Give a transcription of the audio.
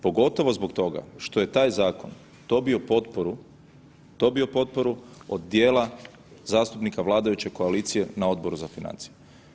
Pogotovo zbog toga što je taj zakon dobio potporu, dobio potporu od dijela zastupnika vladajuće koalicije na Odboru za financije.